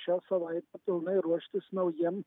šią savaitę pilnai ruoštis naujiem